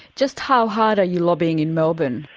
just how hard are you lobbying in melbourne?